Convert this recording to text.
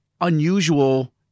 unusual